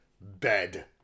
bed